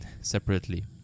separately